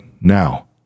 now